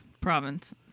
Province